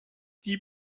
die